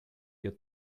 your